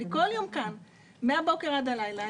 אני כל יום כאן מהבוקר עד הלילה.